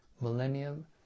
millennium